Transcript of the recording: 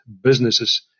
businesses